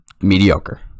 Mediocre